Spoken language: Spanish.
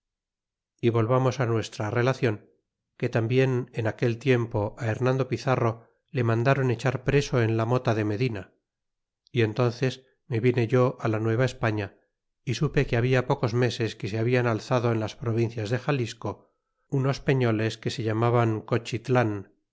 enlutados volvamos nuestra relacion que tambien en aquel tiempo hernando pizarro le mandron echar preso en la mota de medina y entónces me vine yo la nueva españa y supe que habia pocos meses que se ha bian alzado en las provincias de xalisco unos peüoles que se llaman